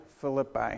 Philippi